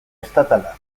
estatala